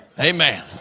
Amen